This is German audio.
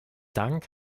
dank